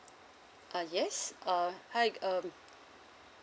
uh yes uh hi um